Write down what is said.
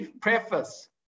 preface